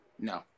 No